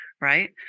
right